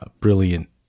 brilliant